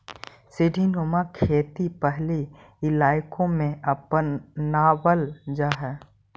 सीढ़ीनुमा खेती पहाड़ी इलाकों में अपनावल जा हई